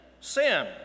Sin